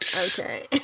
Okay